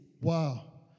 wow